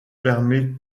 permet